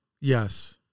Yes